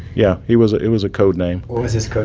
yeah. he was it was a code name what was his code